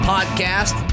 Podcast